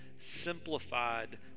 simplified